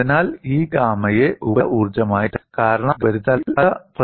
അതിനാൽ ഈ ഗാമയെ ഉപരിതല ഊർജ്ജമായി തെറ്റിദ്ധരിക്കരുത് കാരണം നമ്മൾ ഗാമയെ ഉപരിതല ഊർജ്ജമായി ഉപയോഗിച്ചു